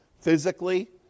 physically